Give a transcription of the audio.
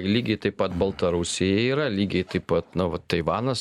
lygiai taip pat baltarusijai yra lygiai taip pat na va taivanas